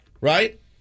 Right